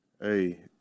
Hey